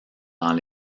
dans